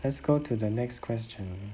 let's go to the next question